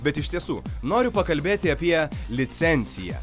bet iš tiesų noriu pakalbėti apie licenciją